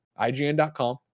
ign.com